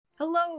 Hello